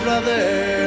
Brother